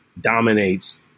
dominates